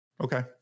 Okay